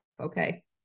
okay